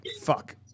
Fuck